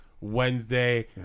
Wednesday